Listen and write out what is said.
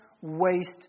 waste